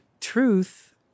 truth